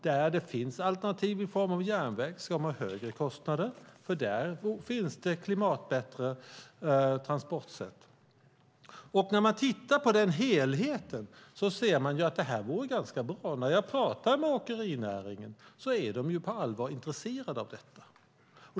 Där det finns alternativ i form av järnväg ska de ha högre kostnader, för där finns det klimatbättre transportsätt. När man tittar på helheten ser man att det går ganska bra. När jag pratar med åkerinäringen är de på allvar intresserade av detta.